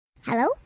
Hello